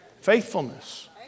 Faithfulness